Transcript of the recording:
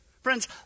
Friends